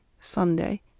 Sunday